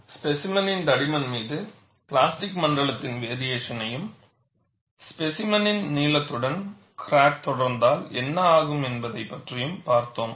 ஸ்பேசிமெனின் தடிமன் மீது பிளாஸ்டிக் மண்டலத்தின் வேரியேஷனையும் ஸ்பேசிமெனின் நீளத்துடன் க்ராக் தொடர்ந்தால் என்ன ஆகும் என்பதை பற்றியும் பார்த்தோம்